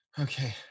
Okay